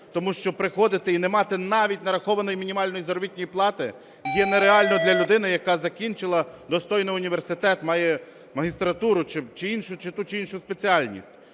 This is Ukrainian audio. тому що приходити і не мати навіть нарахованої мінімальної заробітної плати є нереально для людини, яка закінчила достойно університет, має магістратуру чи іншу, чи ту,